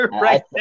right